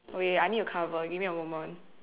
okay I need to cover give me a moment